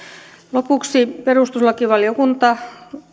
lopuksi perustuslakivaliokunta